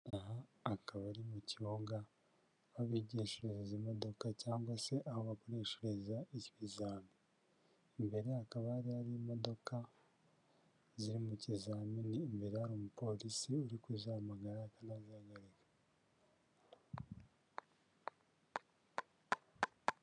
Aha akaba ari mu kibuga aho bigishiriza imodoka cyangwa se aho bakoreshereza ikizami. Imbere hakaba hari imodoka ziri mu kizamini imbere hari umupolisi uri kuzihamagara kandi azihagarika.